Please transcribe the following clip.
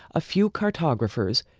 a few cartographers,